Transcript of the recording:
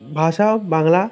ভাষাও বাংলা